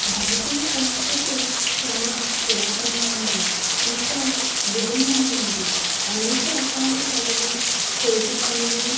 భారతీయ సంస్కృతి చాలా పురాతనమైనది ఇంకా విభిన్నమైనది అనేక రకాల కళలు చేతి పనులు